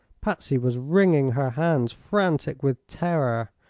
patsy was wringing her hands, frantic with terror.